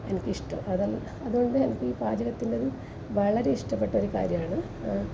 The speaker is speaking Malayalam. എനിക്കിഷ്ടം അതുകൊണ്ട് എനിക്ക് ഈ പാചകത്തിൻ്റെ ഇത് വളരെ ഇഷ്ടപ്പെട്ടൊരു കാര്യമാണ്